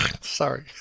Sorry